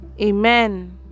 Amen